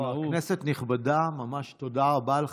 לא, על "כנסת נכבדה", ממש תודה לך.